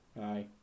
Aye